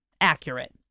accurate